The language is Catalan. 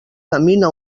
camina